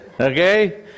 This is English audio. okay